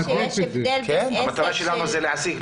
אני אציין שיש הבדל בין עסק --- המטרה שלנו היא להחזיר,